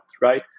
right